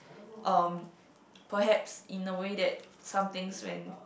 um perhaps in a way that some things when